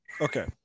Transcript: Okay